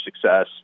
success